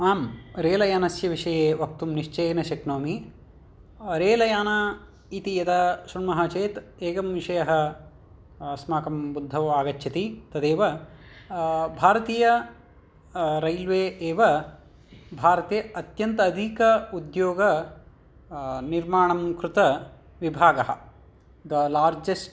आम् रेलयानस्य विषये वक्तुं निश्चयेन शक्नोमि रेलयान इति श्रुणुमः चेत् इमम् विषयः अस्माकं बुद्धौ आगच्छति तदेव भारतीय रैल्वे एव भारते अत्यन्त अधिक उद्योगनिर्माणं कृत विभागः द लार्जेस्ट्